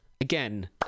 again